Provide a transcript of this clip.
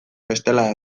bestela